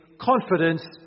confidence